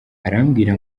arambwira